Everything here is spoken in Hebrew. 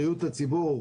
בריאות הציבור,